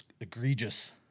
egregious